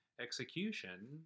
execution